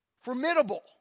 Formidable